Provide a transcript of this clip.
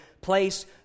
place